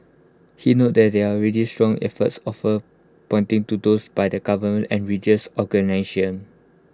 he noted that there are already strong efforts offer pointing to those by the government and religious